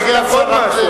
אני אגיד לך עוד משהו,